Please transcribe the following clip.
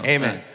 Amen